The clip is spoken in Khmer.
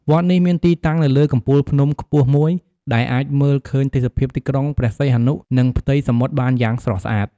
វត្តនេះមានទីតាំងនៅលើកំពូលភ្នំខ្ពស់មួយ ដែលអាចមើលឃើញទេសភាពទីក្រុងព្រះសីហនុ និងផ្ទៃសមុទ្របានយ៉ាងស្រស់ស្អាត។